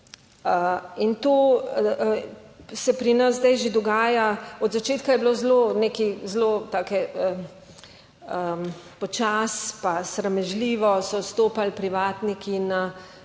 In to se pri nas zdaj že dogaja. Od začetka je bilo zelo nekaj zelo take, počasi pa sramežljivo so vstopali privatniki v